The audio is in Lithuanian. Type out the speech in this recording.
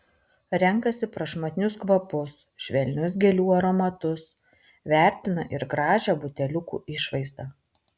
renkasi prašmatnius kvapus švelnius gėlių aromatus vertina ir gražią buteliukų išvaizdą